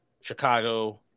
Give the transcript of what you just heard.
Chicago